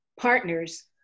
partners